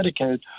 Medicaid